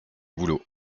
boulot